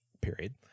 period